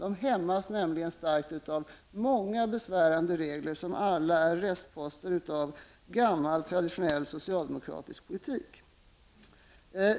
Dessa hämmas nämligen starkt av många besvärande regler, som alla är restposter av gammal traditionell socialdemokratisk politik.